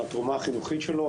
על התרומה החינוכית שלו,